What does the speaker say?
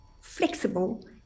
flexible